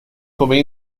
come